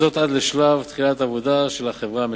עד תחילת העבודה של החברה המשקמת.